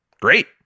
Great